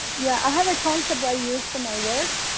yeah i have a concept i use for my work.